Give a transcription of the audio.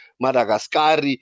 Madagascar